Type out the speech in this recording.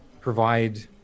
provide